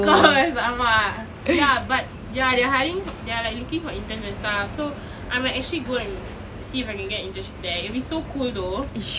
of course !alamak! ya but ya they're hiring for they're like looking for interns and stuff so I might actually go and see if I can get an internship there it'll be so cool though